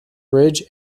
bridge